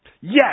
Yes